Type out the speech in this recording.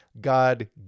God